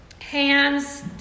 hands